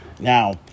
Now